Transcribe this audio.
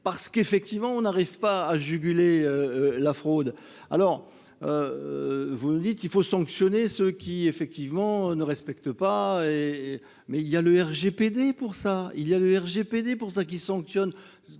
parce qu'effectivement on n'arrive pas à juguler la fraude. vous nous dites qu'il faut sanctionner ceux qui effectivement ne respectent pas, mais il y a le RGPD pour ça, il y a le RGPD pour ça qui sanctionne